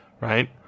right